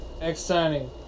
exciting